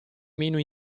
meno